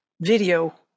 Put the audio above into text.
video